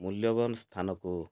ମୂଲ୍ୟବାନ ସ୍ଥାନକୁ